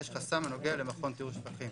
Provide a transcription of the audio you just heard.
יש חסם הנוגע למכון טיהור שפכים.